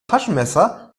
taschenmesser